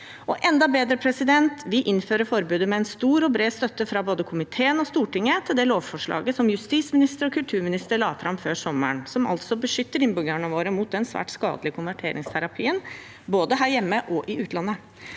Enda bedre: Vi innfører forbudet med stor og bred støtte fra både komiteen og Stortinget til det lovforslaget som justisminister og kulturminister la fram før sommeren, og som altså beskytter innbyggerne våre mot den svært skadelige konverteringsterapien, både her hjemme og i utlandet.